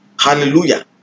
hallelujah